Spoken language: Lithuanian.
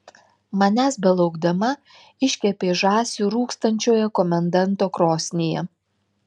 manęs belaukdama iškepei žąsį rūkstančioje komendanto krosnyje